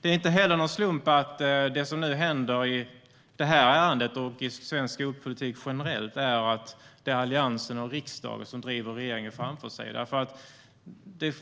Det är inte heller någon slump att det som nu händer i det här ärendet och i svensk skolpolitik generellt är att Alliansen och riksdagen driver regeringen framför sig.